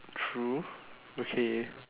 true okay